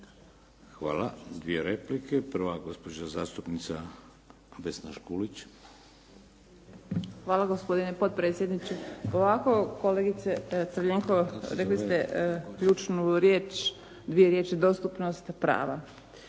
Hvala. Dvije replike. Prva gospođa zastupnica Vesna Škulić. **Škulić, Vesna (SDP)** Hvala gospodine potpredsjedniče. Ovako kolegice Crljenko, rekli ste ključnu riječ, dvije riječi dostupnost prava.